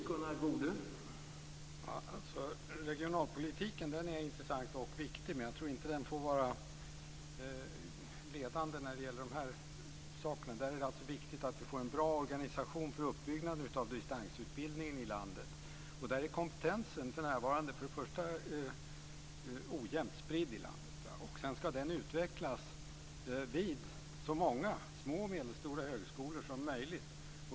Herr talman! Regionalpolitiken är intressant och viktig, men den får inte vara ledande i dessa saker. Det är viktigt att vi får en bra organisation för uppbyggnaden av distansutbildningen i landet. Där är kompetensen för närvarande ojämnt spridd i landet. Nu ska den utvecklas vid så många små och medelstora högskolor som möjligt.